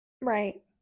Right